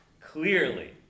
clearly